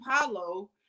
apollo